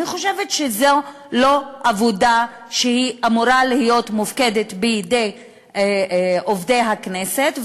אני חושבת שזו לא עבודה שאמורה להיות מופקדת בידי עובדי הכנסת,